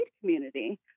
community